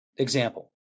example